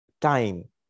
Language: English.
time